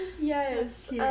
Yes